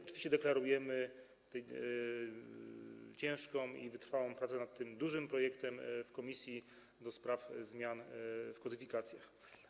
Oczywiście deklarujemy ciężką i wytrwałą pracę nad tym dużym projektem w komisji do spraw zmian w kodyfikacjach.